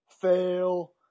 Fail